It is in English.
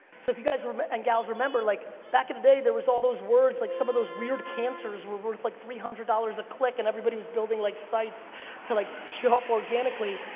so if you guys but and gals remember, like back in the day there was all those words, like some of those weird cancers were worth like three hundred dollars a click, and everybody was building like sites to like show up organically.